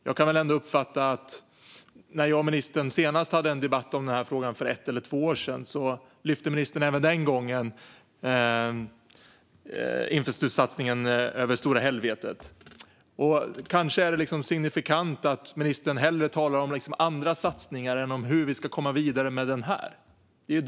Jag uppfattar att när jag och ministern senast hade en debatt om denna fråga för ett eller två år sedan lyfte ministern även den gången upp infrastruktursatsningen över Stora Helvetet. Kanske är det signifikant att ministern hellre talar om andra satsningar än om hur vi ska komma vidare med denna satsning.